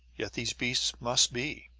yet these beasts must be,